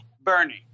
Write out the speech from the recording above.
Bernie